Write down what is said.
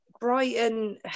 Brighton